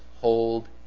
hold